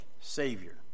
Savior